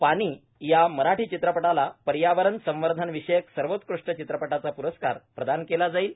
पाणी या मराठी चित्रपटाला पर्यावरण संवर्धनविषयक सर्वोत्कृष्ट चित्रपटाचा प्रस्कार प्रदान केला जाईल